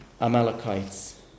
Amalekites